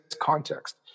context